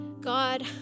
God